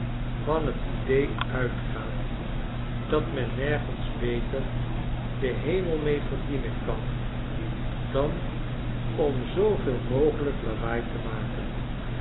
van t idee uitgaat dat men nergens beter den hemel mee verdienen kan dan om zooveeljnogelijklawaai temaken de